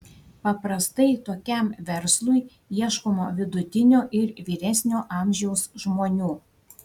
paprastai tokiam verslui ieškoma vidutinio ir vyresnio amžiaus žmonių